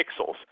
pixels